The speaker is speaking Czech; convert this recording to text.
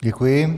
Děkuji.